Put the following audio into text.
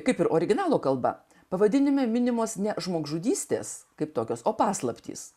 kaip ir originalo kalba pavadinime minimos žmogžudystės kaip tokios o paslaptys